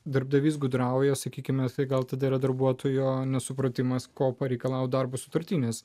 darbdavys gudrauja sakykime tai gal tada yra darbuotojo nesupratimas ko pareikalauti darbo sutartimis